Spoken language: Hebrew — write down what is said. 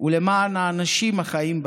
ולמען האנשים החיים בה,